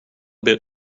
bit